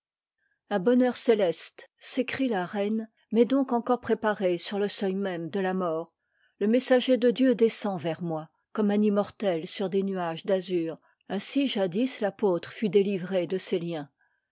un bonheur céleste s'écrie la reine m'est donc encore préparé sur le seuil même de la a mort le messager de dieu descend vers moi a comme un immorte sur des nuages d'azur ainsi jadis l'apôtre fut délivré de ses liens